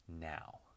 now